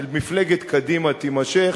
של מפלגת קדימה תימשך,